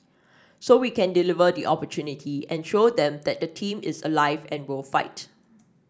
so we can deliver the opportunity and show them that the team is alive and will fight